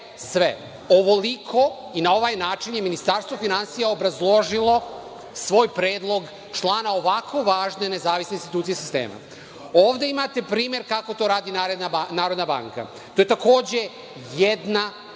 sve. Ovoliko i na ovaj način je Ministarstvo finansija obrazložilo svoj predlog člana ovako važne nezavisne institucije sistema. Ovde imate primer kako to radi Narodna banka. To je takođe jedna